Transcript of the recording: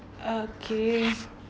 uh okay